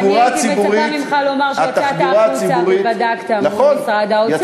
אני הייתי מצפה ממך לומר שיצאת החוצה ובדקת עם משרד האוצר,